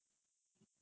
mmhmm